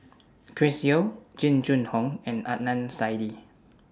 Chris Yeo Jing Jun Hong and Adnan Saidi